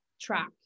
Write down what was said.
track